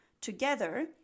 Together